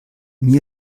mir